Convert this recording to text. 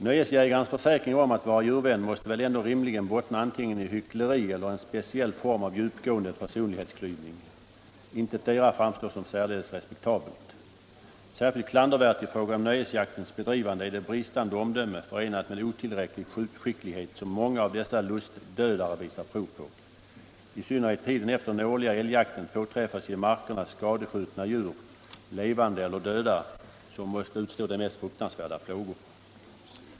Nöjesjägarens försäkringar om att vara djurvän måste väl ändå rimligen bottna antingen i hyckleri eller en speciell form av djupgående personlighetsklyvning. Intetdera framstår som särdeles respektabelt. Särskilt klandervärt i fråga om nöjesjaktens bedrivande är det bristande omdöme förenat med otillräcklig skjutskicklighet som många av dessa lustdödare visar prov på. I synnerhet tiden efter den årliga älgjakten påträffas i markerna skadeskjutna djur, levande eller döda, som måst utstå de mest fruktansvärda plågor.